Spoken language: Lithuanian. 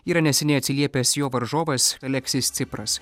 yra neseniai atsiliepęs jo varžovas aleksis cipras